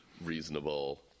reasonable